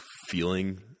feeling